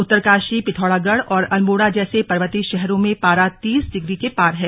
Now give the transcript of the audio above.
उत्तरकाशी पिथौरागढ़ और अल्मोड़ा जैसे पर्वतीय शहरों में पारा तीस डिग्री के पार है